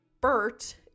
Bert